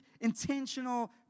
intentional